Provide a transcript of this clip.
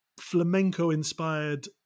flamenco-inspired